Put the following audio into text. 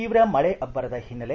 ತೀವ್ರ ಮಳೆ ಅಬ್ಬರದ ಹಿನ್ನೆಲೆ